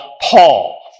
Paul